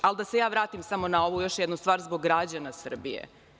Ali da se ja vratim još jednu stvar zbog građana Srbije.